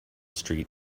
street